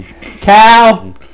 Cow